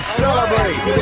celebrate